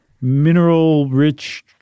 mineral-rich